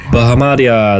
Bahamadia